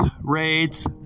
raids